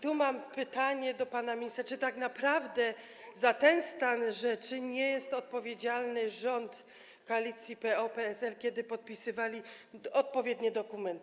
Tu mam pytanie do pana ministra: Czy tak naprawdę za ten stan rzeczy nie jest odpowiedzialny rząd koalicji PO-PSL, który podpisywał odpowiednie dokumenty?